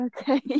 Okay